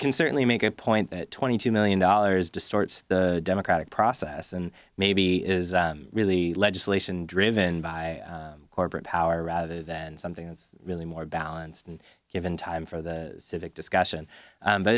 can certainly make a point that twenty two million dollars distorts the democratic process and maybe is really legislation driven by corporate power rather than something that's really more balanced and given time for the civic